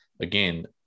Again